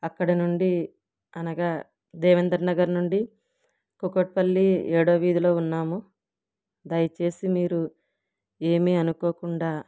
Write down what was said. అక్కడ నుండి అనగా దేవేంద్ర నగర్ నుండి కూకట్పల్లి ఏడో వీధిలో ఉన్నాము దయచేసి మీరు ఏమి అనుకోకుండా